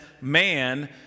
man